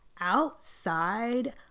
outside